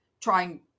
trying